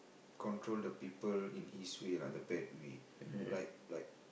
control the people in his way lah the bad way like like